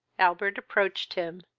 albert approached him